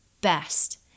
best